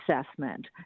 assessment